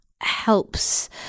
helps